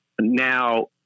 now